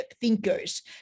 thinkers